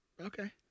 Okay